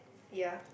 ya